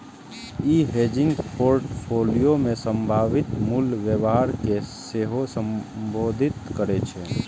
ई hedging portfolio मे संभावित मूल्य व्यवहार कें सेहो संबोधित करै छै